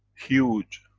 huge